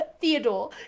theodore